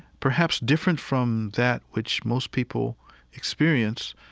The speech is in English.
perhaps different from that which most people experience,